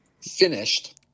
finished